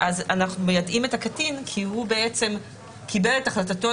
אנחנו מיידעים את הקטין כי הוא קיבל את החלטתו